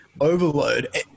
overload